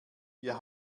wir